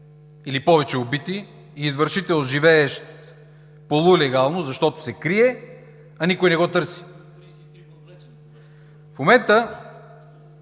или повече убити и извършител, живеещ полулегално, защото се крие, а никой не го търси. МИНИСТЪР